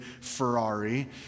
Ferrari